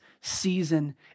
season